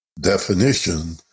definition